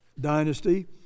dynasty